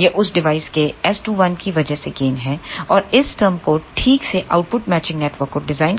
यह उस डिवाइस के S21 की वजह से गेन है और इस टर्म को ठीक से आउटपुट मैचिंग नेटवर्क को डिज़ाइन